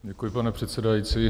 Děkuji, pane předsedající.